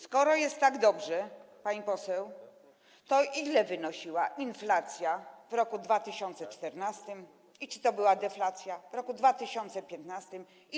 Skoro jest tak dobrze, pani poseł, to ile wynosiła inflacja w roku 2014 i czy była deflacja w roku 2015?